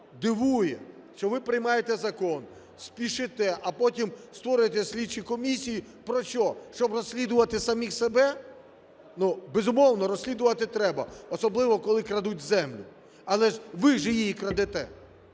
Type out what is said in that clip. Дивує, що ви приймаєте закон, спішите, а потім створюєте слідчі комісії. Про що, щоб розслідувати самих себе? Ну, безумовно, розслідувати треба, особливо коли крадуть землю, але ви ж її і крадете.